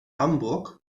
hamburg